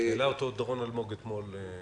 העלה אותו דורון אלמוג אתמול.